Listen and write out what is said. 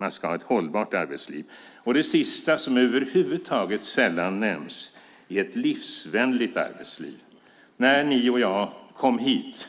Man ska ha ett hållbart arbetsliv. Det tredje, som över huvud taget sällan nämns, är ett livsvänligt arbetsliv. När vi kom hit